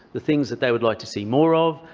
the things that they would like to see more of,